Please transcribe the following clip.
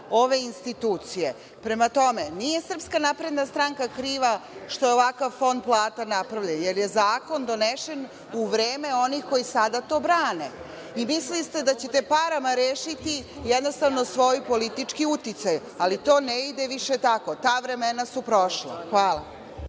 ove institucije. Prema tome, nije SNS kriva što je ovakav fond plata napravljen, jer je Zakon donesen u vreme onih koji sada to brane. Mislili ste da ćete parama rešiti jednostavno svoj politički uticaj, ali to ne ide više tako. Ta vremena su prošla. Hvala.